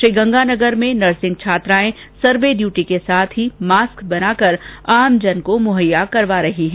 श्रीगंगानगर में नर्सिंग छात्रा survey duty के साथ ही मास्क बनाकर आमजन को मुहैया करवा रही है